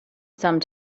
some